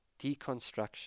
deconstruction